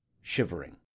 shivering